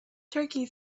turkey